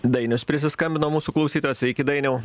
dainius prisiskambino mūsų klausytojas sveiki dainiau